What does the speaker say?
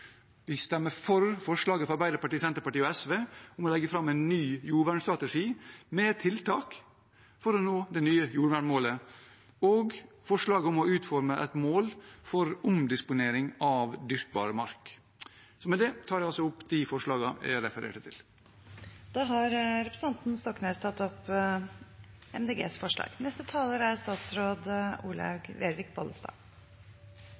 Vi stemmer for forslagene fra Arbeiderpartiet, Senterpartiet og SV om å legge fram en ny jordvernstrategi med tiltak for å nå det nye jordvernmålet og om å utforme et mål for omdisponering av dyrkbar mark. Med det tar jeg opp de forslagene jeg refererte til. Representanten Per Espen Stoknes har tatt opp forslagene fra Miljøpartiet De Grønne. Det å ta vare på matjorda vår er